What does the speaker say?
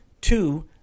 Two